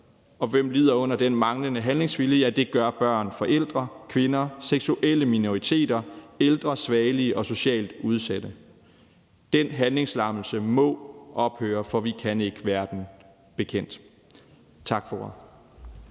og hvem lider under den manglende handlingsvilje? Ja, det gør børn, forældre, kvinder, seksuelle minoriteter, ældre, svagelige og socialt udsatte. Den handlingslammelse må ophøre, for vi kan ikke være den bekendt. Tak for